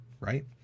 Right